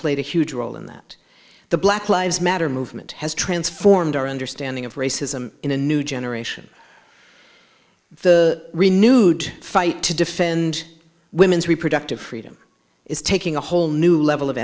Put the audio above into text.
played a huge role in that the black lives matter movement has transformed our understanding of racism in a new generation the renewed fight to defend women's reproductive freedom is taking a whole new level of